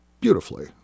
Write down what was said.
beautifully